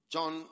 John